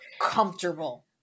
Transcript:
comfortable